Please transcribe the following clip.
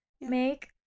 Make